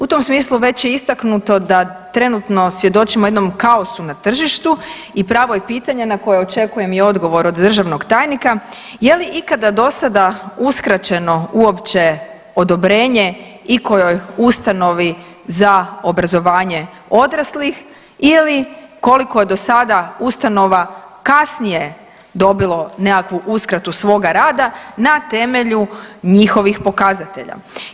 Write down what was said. U tom smislu već je istaknuto da trenutno svjedočimo jednom kaosu na tržištu i pravo je pitanje na koje očekujem i odgovor od državnog tajnika je li ikada dosada uskraćeno uopće odobrenje ikojoj ustanovi za obrazovanje odraslih ili koliko je do sada ustanova kasnije dobilo nekakvu uskratu svoga rata na temelju njihovih pokazatelja.